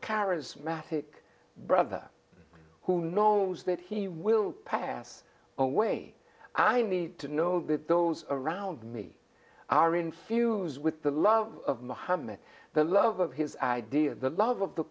charismatic brother who knows that he will pass away and i need to know that those around me are infused with the love of mohammed the love of his idea the love of the